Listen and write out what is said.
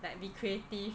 like be creative